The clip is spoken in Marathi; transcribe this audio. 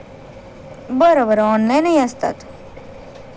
बरं बरं ऑनलाईनही असतात